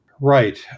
Right